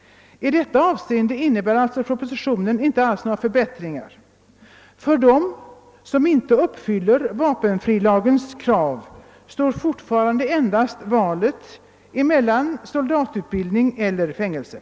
I detta avseende innebär alltså propositionen inte alls några förbättringar. För dem som inte uppfyller vapenfrilagens krav står fortfarande endast valet mellan soldatutbildning och fängelse.